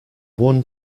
won